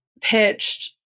pitched